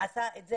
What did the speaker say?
עשה את זה